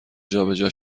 جابجا